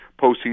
postseason